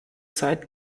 zeit